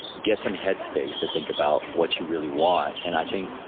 get some head space to think about what you really want. and i think,